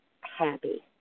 happy